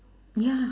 ya